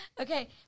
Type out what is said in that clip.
Okay